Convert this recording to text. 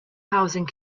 housing